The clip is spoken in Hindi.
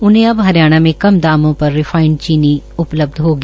उन्हें अब हरियाणा मे कम दामों पर रिफाइंड चीनी उपलब्ध होगी